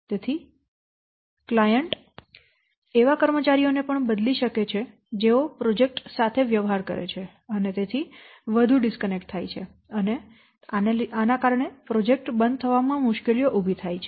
તેથી ક્લાયંટ એવા કર્મચારીઓને પણ બદલી શકે છે કે જેઓ પ્રોજેક્ટ સાથે વ્યવહાર કરે છે અને તેથી વધુ ડિસ્કનેક્ટ થાય છે અને પ્રોજેક્ટ બંધ થવામાં મુશ્કેલીઓ ઉભી થાય છે